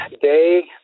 day